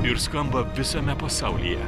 ir skamba visame pasaulyje